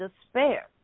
despair